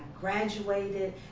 graduated